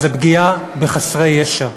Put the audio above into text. וזה פגיעה בחסרי ישע,